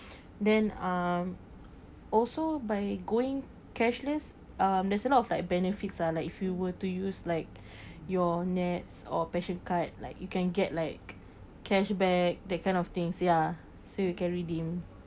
then um also by going cashless um there's a lot of like benefits ah like if you were to use like your nets or passion card like you can get like cashback that kind of thing ya so you can redeem